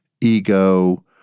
ego